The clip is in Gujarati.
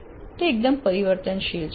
તે એકદમ પરિવર્તનશીલ છે